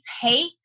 hate